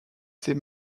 ses